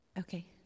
Okay